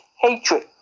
hatred